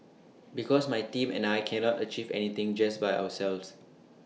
because my team and I cannot achieve anything just by ourselves